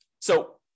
So-